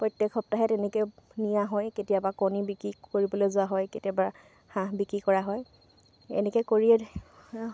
প্ৰত্যেক সপ্তাহে তেনেকৈ নিয়া হয় কেতিয়াবা কণী বিক্ৰী কৰিবলৈ যোৱা হয় কেতিয়াবা হাঁহ বিক্ৰী কৰা হয় এনেকৈ কৰিয়ে